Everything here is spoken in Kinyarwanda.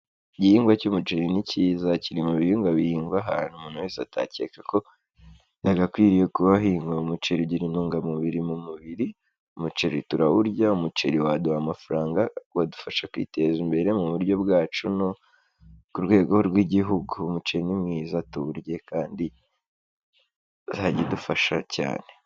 Igihingwa cy'umuceri ni cyiza ,kiri mu bihinnga bihingwa ahantu umuntu wese atakeka ko hagakwiriye kuba hahinga. umuceri ugira intungamubiri mu mubiri, umuceri turawurya, umuceri waduha amafaranga, wadufasha kwiteza imbere mu buryo bwacu no ku rwego rw'igihugu. Umuceri ni mwiza tuwurye kandi uzajya udufasha cyane.